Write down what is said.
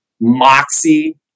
moxie